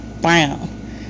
Brown